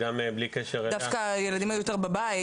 דווקא הילדים היו יותר בבית,